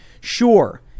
Sure